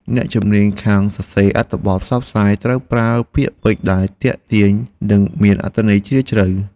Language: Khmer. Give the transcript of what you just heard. អ្នកជំនាញខាងការសរសេរអត្ថបទផ្សព្វផ្សាយត្រូវប្រើពាក្យពេចន៍ដែលទាក់ទាញនិងមានអត្ថន័យជ្រាលជ្រៅ។